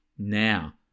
Now